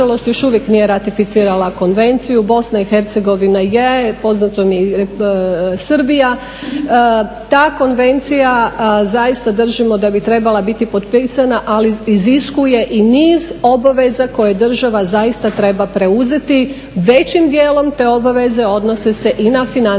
uvijek nije ratificirala konvenciju, BiH je, poznato mi je i Srbija. Ta konvencija zaista držimo da bi trebala biti potpisana, ali iziskuje i niz obaveza koje država zaista treba preuzeti, većim dijelom te obaveze odnose se i na financijske